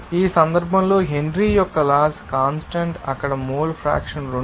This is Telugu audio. ఆ సందర్భంలో హెన్రీ యొక్క లాస్ కాన్స్టాంట్ అక్కడ మోల్ ఫ్రాక్షన్స్ 2